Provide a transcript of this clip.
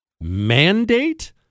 mandate